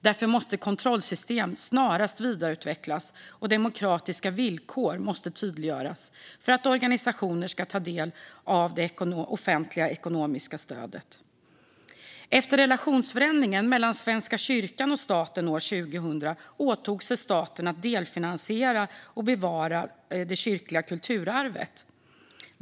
Därför måste kontrollsystem snarast vidareutvecklas och demokratiska villkor tydliggöras för att organisationer ska få ta del av det offentliga ekonomiska stödet. Efter relationsförändringen mellan Svenska kyrkan och staten 2000 åtog sig staten att delfinansiera bevarandet av det kyrkliga kulturarvet.